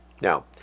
Now